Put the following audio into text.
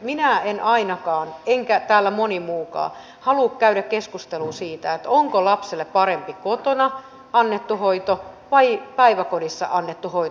minä en ainakaan eikä täällä moni muukaan halua käydä keskustelua siitä onko lapselle parempi kotona annettu hoito vai päiväkodissa annettu hoito